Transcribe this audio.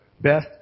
Beth